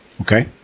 Okay